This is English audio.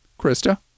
Krista